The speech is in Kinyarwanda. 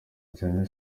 gihamya